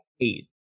eight